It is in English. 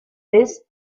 this